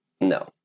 No